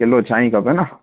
kilo छाईं खपे न